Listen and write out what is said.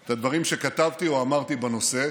את הדברים שכתבתי או אמרתי בנושא,